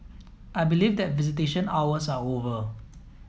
I believe that visitation hours are over